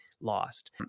lost